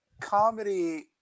comedy